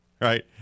right